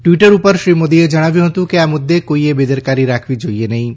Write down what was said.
Twitter Shri શ્રી મોદીએ જણાવ્યું હતું કે આ મુદ્દે કોઈએ બેદરકારી રાખવી જોઈએ નહીં